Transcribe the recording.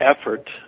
effort